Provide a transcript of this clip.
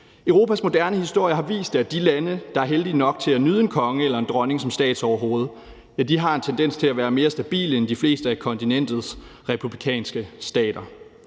Europas moderne historie har vist, at de lande, der er heldige nok til at nyde en konge eller en dronning som statsoverhoved, har en tendens til at være mere stabile end de fleste af kontinentets republikanske stater.